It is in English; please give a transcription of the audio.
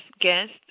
guest